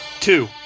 Two